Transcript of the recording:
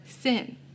sin